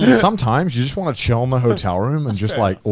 sometimes you just wanna chill in the hotel room and just like,